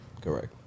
correct